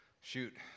shoot